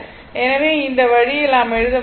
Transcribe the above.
எனவே இந்த வழியில் நாம் எழுத முடியும்